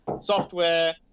software